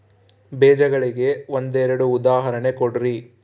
ಬೇಜಗಳಿಗೆ ಒಂದೆರಡು ಉದಾಹರಣೆ ಕೊಡ್ರಿ?